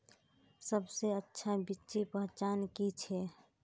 सबसे अच्छा बिच्ची पहचान की छे?